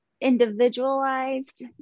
individualized